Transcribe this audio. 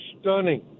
stunning